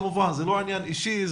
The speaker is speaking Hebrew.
כמובן זה לא עניין אישי,